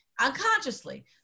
unconsciously